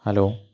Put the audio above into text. hello